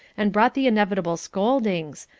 and brought the inevitable scoldings,